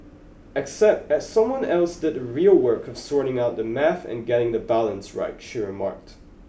except someone else did the real work of sorting out the math and getting the balance right she remarked